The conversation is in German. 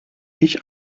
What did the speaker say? ich